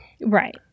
Right